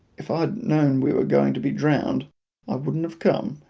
if i'd known we were going to be drowned i wouldn't have come.